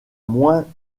moins